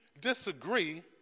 disagree